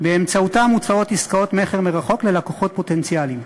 שבאמצעותם מוצעות עסקאות מכר מרחוק ללקוחות פוטנציאליים.